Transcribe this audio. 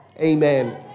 Amen